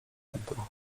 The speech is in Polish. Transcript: odbył